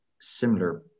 similar